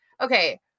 Okay